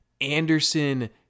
Anderson